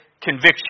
conviction